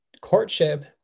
courtship